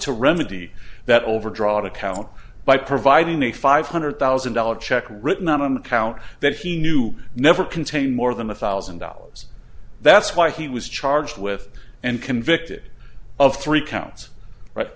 to remedy that over drop account by providing a five hundred thousand dollars check written on an account that he knew never contain more than a thousand dollars that's why he was charged with and convicted of three counts right